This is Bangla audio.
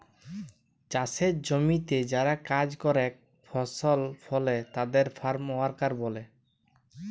চাসের জমিতে যারা কাজ করেক ফসল ফলে তাদের ফার্ম ওয়ার্কার ব্যলে